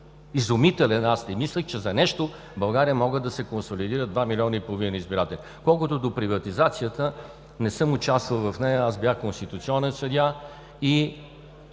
Изумителен! Не мислех, че за нещо в България могат да се консолидират два милиона избиратели. Колкото до приватизацията – не съм участвал в нея. Бях конституционен съдия и